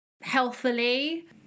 healthily